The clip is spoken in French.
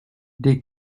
des